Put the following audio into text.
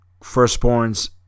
Firstborn's